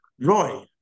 Roy